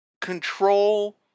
control